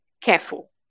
careful